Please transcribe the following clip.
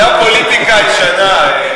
זו הפוליטיקה הישנה.